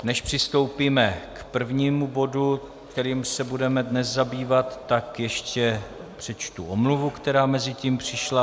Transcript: Než přistoupíme k prvnímu bodu, kterým se budeme dnes zabývat, ještě přečtu omluvu, která mezitím přišla.